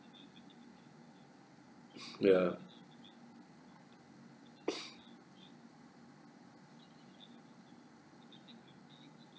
ya